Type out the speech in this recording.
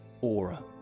aura